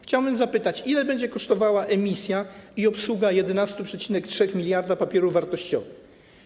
Chciałbym zapytać, ile będzie kosztowała emisja i obsługa 11,3 mld papierów wartościowych.